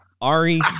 Ari